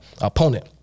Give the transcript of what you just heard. opponent